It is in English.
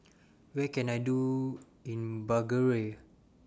What Can I Do in Bulgaria